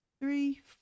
three